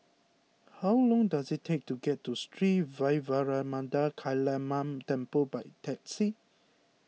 how long does it take to get to Sri Vairavimada Kaliamman Temple by taxi